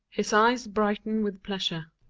his eyes brighten with pleasure.